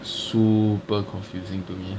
super confusing to me